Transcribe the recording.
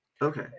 okay